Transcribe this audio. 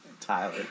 Tyler